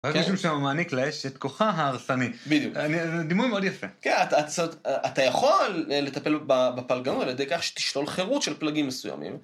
רק מישהו שמעניק לאש את כוחה ההרסני. בדיוק. אני, זה דימוי מאוד יפה. כן, אתה, זאת, אתה יכול לטפל בפלגנון על ידי כך שתשתול חירות של פלגים מסוימים.